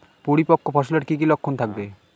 পরিপক্ক ফসলের কি কি লক্ষণ থাকবে?